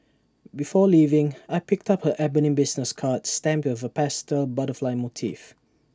before leaving I picked up her ebony business card stamped with A pastel butterfly motif